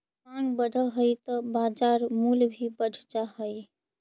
माँग बढ़ऽ हइ त बाजार मूल्य भी बढ़ जा हइ